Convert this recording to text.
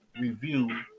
Review